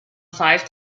five